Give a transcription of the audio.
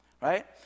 right